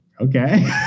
Okay